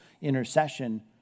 intercession